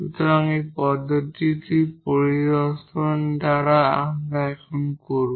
সুতরাং এই পদ্ধতিটি পরিদর্শন দ্বারা আমরা এখন করব